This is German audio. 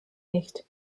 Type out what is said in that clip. nicht